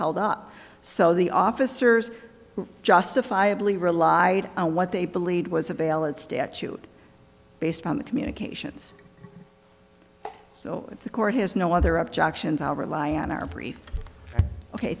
held up so the officers justifiably relied on what they believed was a bailiff statute based on the communications so the court has no other objections i'll rely on our brief ok